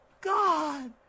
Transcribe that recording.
God